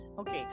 Okay